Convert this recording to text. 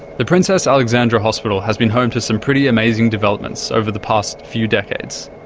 the princess alexandra hospital has been home to some pretty amazing developments over the past few decades.